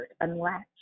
unlatched